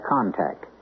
Contact